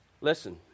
Listen